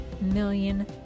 million